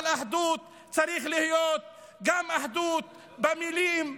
אבל צריכה להיות אחדות גם במילים,